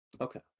Okay